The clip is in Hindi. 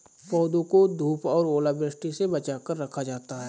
पौधों को धूप और ओलावृष्टि से बचा कर रखा जाता है